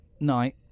night